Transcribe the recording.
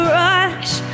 rush